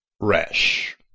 resh